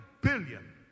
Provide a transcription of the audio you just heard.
billion